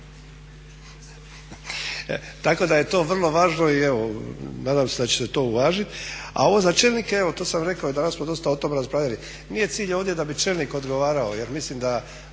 Tako da je to vrlo važno i evo nadam se da će se to uvažiti. A ovo za čelnike, evo to sam rekao i danas smo dosta o tome raspravljali, nije cilj ovdje da bi čelnik odgovarao jer mislim da